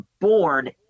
born